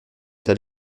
t’as